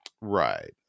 Right